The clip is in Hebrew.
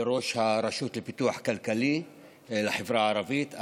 לראש הרשות לפיתוח כלכלי לחברה הערבית.